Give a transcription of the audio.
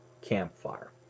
campfire